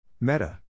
Meta